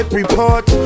report